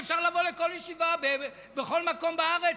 אפשר לבוא לכל ישיבה בכל מקום בארץ,